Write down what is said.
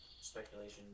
speculation